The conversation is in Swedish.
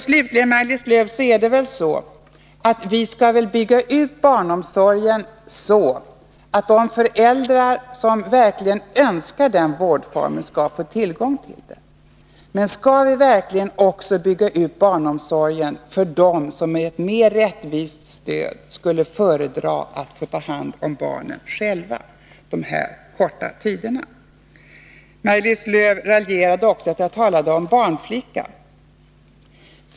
Slutligen, Maj-Lis Lööw, så skall vi väl bygga ut barnomsorgen så, att de föräldrar som verkligen önskar den vårdformen skall få tillgång till den. Men skall vi verkligen också bygga ut barnomsorgen för dem som med ett mer rättvist stöd skulle föredra att få ta hand om barnen själva den här korta tiden? Maj-Lis Lööw raljerade över att jag talade om barnflickor.